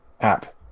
app